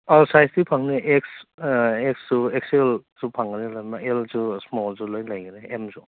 ꯑꯣ ꯁꯥꯏꯖꯇꯤ ꯐꯪꯅꯤ ꯑꯦꯛꯁ ꯑꯦꯛꯁꯁꯨ ꯑꯦꯛꯁꯦꯜꯁꯨ ꯐꯪꯒꯗꯕꯅꯤ ꯑꯦꯜꯁꯨ ꯏꯁꯃꯣꯜꯁꯨ ꯂꯣꯏ ꯂꯩꯅꯤ ꯑꯦꯝꯁꯨ